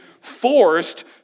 forced